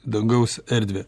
dangaus erdvę